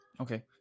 Okay